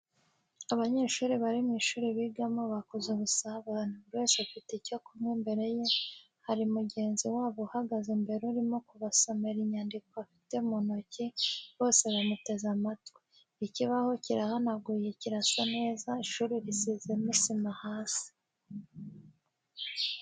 Abanyeshuri bari mu ishuri bigamo bakoze ubusabane, buri wese afite icyo kunywa imbere ye, hari mugenzi wabo uhagaze imbere urimo kubasomera inyandiko afite mu ntoki, bose bamuteze matwi. Ikibaho kirahanaguye kirasa neza, ishuri risizemo sima hasi.